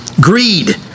Greed